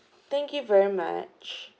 thank you very much